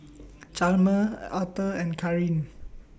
Chalmer Auther and Karin